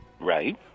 Right